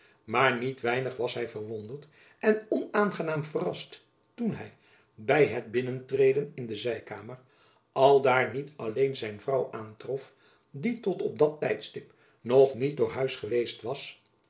maar niet weinig was hy verwonderd en onaangenaam verrast toen hy by het binnentreden in de zijkamer aldaar niet alleen zijn vrouw aantrof die tot op dat tijdstip nog niet door huis geweest was